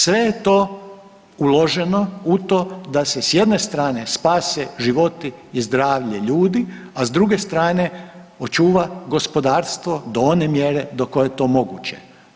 Sve je to uloženo u to da se s jedne strane spase životi i zdravlje ljudi, a s druge strane očuva gospodarstvo do one mjere do koje je to moguće.